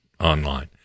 online